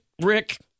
Rick